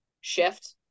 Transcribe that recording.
shift